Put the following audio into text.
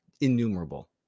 innumerable